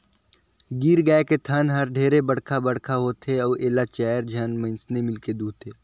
गीर गाय के थन हर ढेरे बड़खा बड़खा होथे अउ एला चायर झन मइनसे मिलके दुहथे